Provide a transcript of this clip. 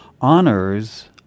honors